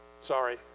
Sorry